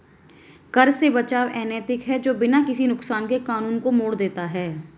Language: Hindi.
कर से बचाव अनैतिक है जो बिना किसी नुकसान के कानून को मोड़ देता है